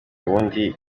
ubundi